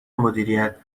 مدیریت